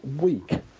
week